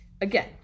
again